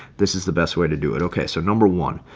this is the best way to do it. okay, so number one,